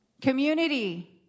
Community